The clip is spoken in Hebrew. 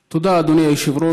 תודה, אדוני היושב-ראש.